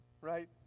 right